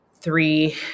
three